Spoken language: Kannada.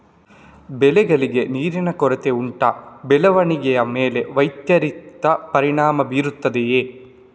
ಬೆಳೆಗಳಿಗೆ ನೀರಿನ ಕೊರತೆ ಉಂಟಾ ಬೆಳವಣಿಗೆಯ ಮೇಲೆ ವ್ಯತಿರಿಕ್ತ ಪರಿಣಾಮಬೀರುತ್ತದೆಯೇ?